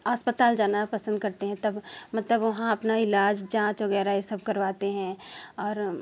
अस्पताल जाना पसंद करते हैं तब मतलब वहाँ अपना इलाज जाँच वगैरह ये सब कराते हैं और